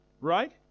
Right